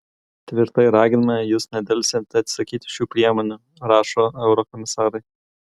tvirtai raginame jus nedelsiant atsisakyti šių priemonių rašo eurokomisarai